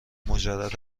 مجرد